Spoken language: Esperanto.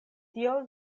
tiel